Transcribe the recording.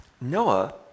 Noah